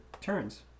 Turns